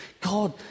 God